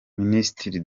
minisitiri